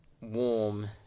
warm